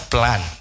Plan